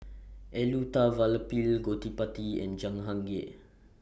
Elattuvalapil Gottipati and Jahangir